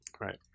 Right